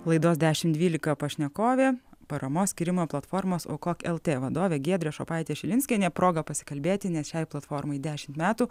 laidos dešimt dvylika pašnekovė paramos skyrimo platformos aukok lt vadovė giedrė šopaitė šilinskienė proga pasikalbėti nes šiai platformai dešimt metų